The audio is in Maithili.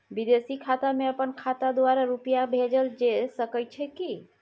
विदेशी खाता में अपन खाता द्वारा रुपिया भेजल जे सके छै की?